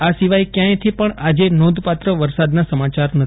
આ સિવાય ક્યાંયથી પણ આજે નોંધપાત્ર વરસાદના સમાચાર નથી